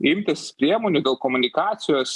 imtis priemonių dėl komunikacijos